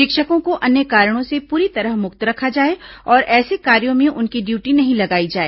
शिक्षकों को अन्य कारणों से पूरी तरह मुक्त रखा जाए और ऐसे कार्यों में उनकी ड्यूटी नहीं लगाई जाए